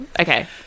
okay